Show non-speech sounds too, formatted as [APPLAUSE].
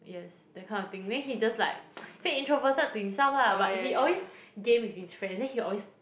yes that kind of thing then he just like [NOISE] fake introverted to himself lah but he always game with his friends then he always